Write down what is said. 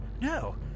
No